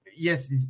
Yes